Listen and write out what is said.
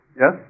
Yes